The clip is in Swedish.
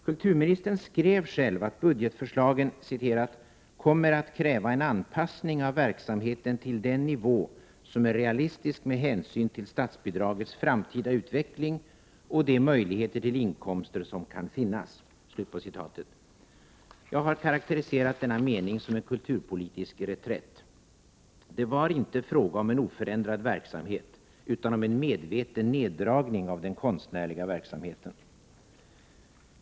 Kulturministern skrev själv att budgetförslagen ”kommer att kräva en anpassning av verksamheten till den nivå som är realistisk med hänsyn till statsbidragets framtida utveckling och de möjligheter till inkomster som kan finnas”. Jag har karakteriserat denna mening som en kulturpolitisk reträtt. Det var inte fråga om en oförändrad verksamhet utan om en medveten neddragning av den konstnärliga verksamheten.